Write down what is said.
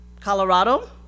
Colorado